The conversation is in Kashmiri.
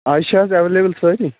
آ یہِ چھا حظ ایٚولیبٕل سٲری